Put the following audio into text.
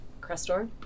Crestor